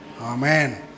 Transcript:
Amen